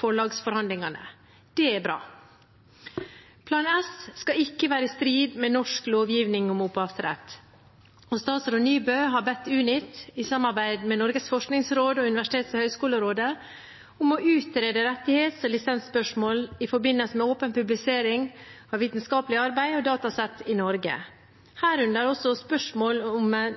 forlagsforhandlingene. Det er bra. Plan S skal ikke være i strid med norsk lovgiving om opphavsrett. Statsråd Nybø har bedt Unit, i samarbeid med Norges forskningsråd og Universitets- og høgskolerådet, om å utrede rettighets- og lisensspørsmål i forbindelse med åpen publisering av vitenskapelig arbeid og datasett i Norge, herunder også spørsmål om